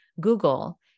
Google